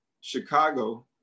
Chicago